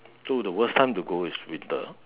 so the worst time to go is winter